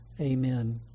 Amen